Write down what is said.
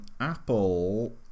Apple